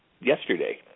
yesterday